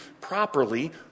properly